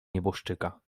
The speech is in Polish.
nieboszczyka